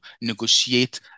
negotiate